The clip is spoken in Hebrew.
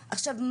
עכשיו,